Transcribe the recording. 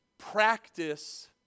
Practice